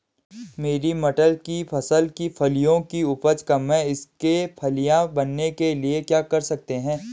मेरी मटर की फसल की फलियों की उपज कम है इसके फलियां बनने के लिए क्या कर सकते हैं?